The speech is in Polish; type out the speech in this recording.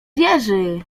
wieży